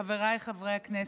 חבריי חברי הכנסת,